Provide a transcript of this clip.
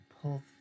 pull